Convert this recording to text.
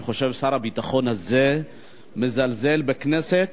אני חושב ששר הביטחון הזה מזלזל בכנסת,